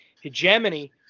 hegemony